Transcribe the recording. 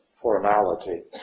formality